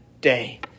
day